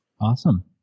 Awesome